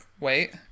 wait